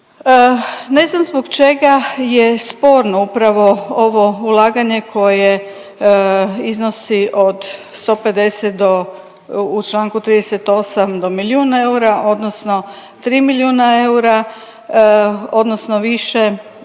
Ne znam zbog čega je sporno upravo ovo ulaganje koje iznosi od 150 do u članku 38 do milijun eura odnosno 3 milijuna eura, odnosno više